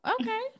okay